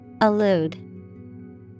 Allude